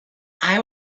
eye